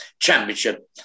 championship